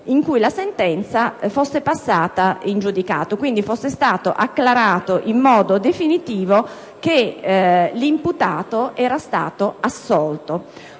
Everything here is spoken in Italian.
in cui la sentenza fosse passata in giudicato e quindi fosse stato acclarato in modo definitivo che l'imputato era stato assolto.